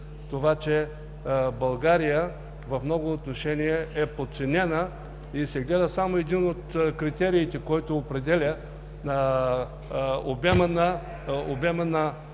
ядоса, че България в много отношения е подценена и се гледа само един от критериите, който определя обема на